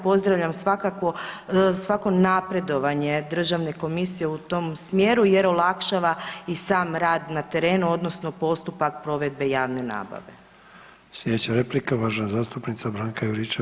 Pozdravljam svako napredovanje državne komisije u tom smjeru jer olakšava i sam rad na terenu odnosno postupak provedbe javne nabave.